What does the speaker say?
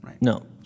no